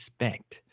respect